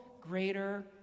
greater